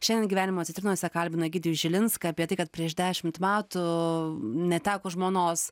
šiandien gyvenimo citrinose kalbinu egidijų žilinską apie tai kad prieš dešimt metų neteko žmonos